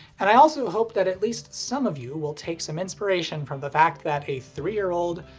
and i also hope that at least some of you will take some inspiration from the fact that a three year old,